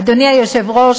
אדוני היושב-ראש,